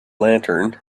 lantern